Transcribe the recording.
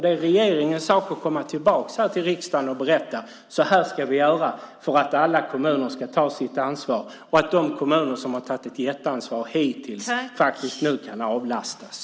Det är regeringens sak att komma tillbaka till riksdagen och berätta hur man ska göra för att alla kommuner ska ta sitt ansvar och att de kommuner som hittills har tagit ett jätteansvar nu ska avlastas.